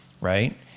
Right